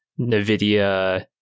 NVIDIA